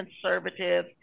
conservative